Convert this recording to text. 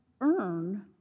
earn